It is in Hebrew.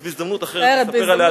אז בהזדמנות אחרת נספר עליה,